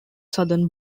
southern